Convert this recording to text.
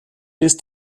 ist